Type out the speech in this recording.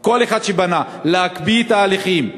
כל אחד שבנה, להקפיא את ההליכים.